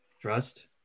trust